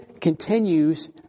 continues